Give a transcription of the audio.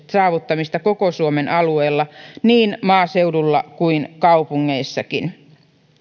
saavuttamista koko suomen alueella niin maaseudulla kuin kaupungeissakin